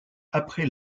après